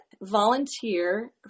volunteer